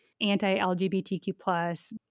anti-LGBTQ+